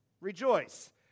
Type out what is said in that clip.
Rejoice